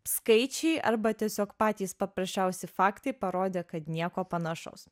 skaičiai arba tiesiog patys paprasčiausi faktai parodė kad nieko panašaus